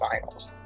finals